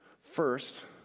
First